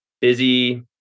busy